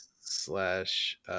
Slash